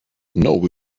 know